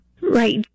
Right